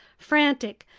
frantic,